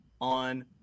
on